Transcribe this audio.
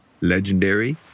legendary